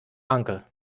uncle